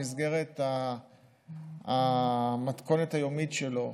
במסגרת המתכונת היומית שלו,